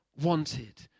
wanted